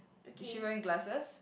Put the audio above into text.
is she wearing glasses